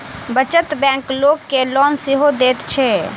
बचत बैंक लोक के लोन सेहो दैत छै